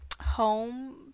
Home